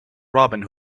robin